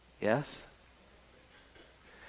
Yes